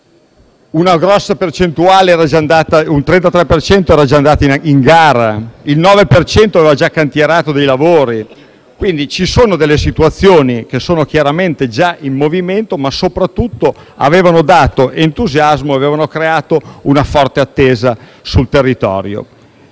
cento, era già andato in gara e il 9 per cento aveva già cantierato dei lavori. Quindi ci sono delle situazioni che sono chiaramente in movimento, ma che soprattutto hanno creato entusiasmo e una forte attesa sul territorio.